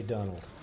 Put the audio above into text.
Donald